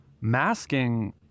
masking